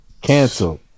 Cancel